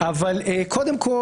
קודם כול,